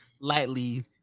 lightly